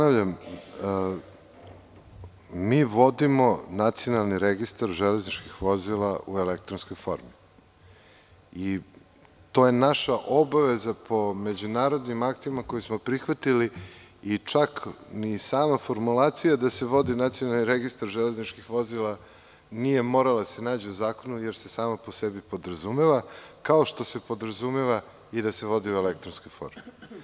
Ponavljam, mi vodimo Nacionalni registar železničkih vozila u elektronskoj formi i to je naša obaveza po međunarodnim aktima koje smo prihvatili i čak ni sama formulacija da se vodi Nacionalni registar železničkih vozila nije morala da se nađe u zakonu jer se sama po sebi podrazumeva, kao što se podrazumeva i da se vodi u elektronskoj formi.